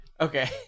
Okay